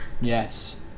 Yes